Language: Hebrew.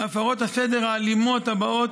הפרות הסדר האלימות הבאות,